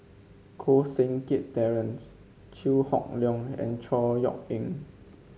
Koh Seng Kiat Terence Chew Hock Leong and Chor Yeok Eng